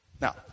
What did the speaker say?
Now